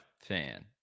fan